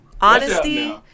Honesty